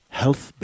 health